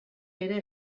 ere